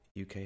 UK